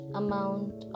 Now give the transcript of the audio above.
amount